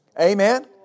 Amen